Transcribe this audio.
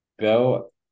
go